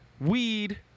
weed